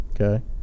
okay